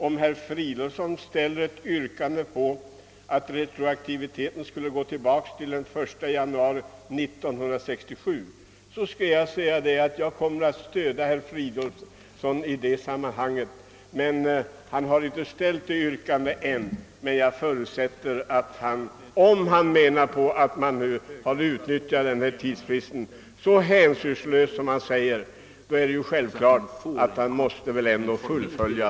Om herr Fridolfsson ställer ett yrkande om att lagen skall gälla retroaktivt från den 1 januari 1967 kommer jag självfallet att stödja honom. Han har inte framställt detta yrkande ännu, men om han menar att man har utnyttjat denna tidsfrist så hänsynslöst som han säger, är det självklart att han måste fullfölja sitt resonemang.